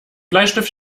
bleistift